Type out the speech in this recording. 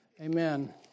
Amen